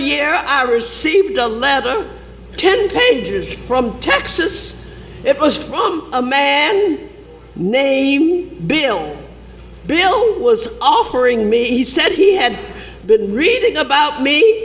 year i received a letter ten pages from texas from a man named bill bill was offering me he said he had been reading about me